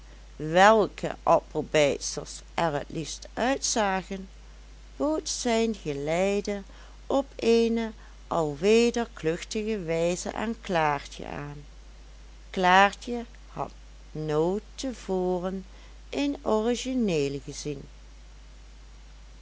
welke appelbijtsters er het liefst uitzagen bood zijn geleide op eene alweder kluchtige wijze aan klaartjen aan klaartje had nooit tevoren een origineel gezien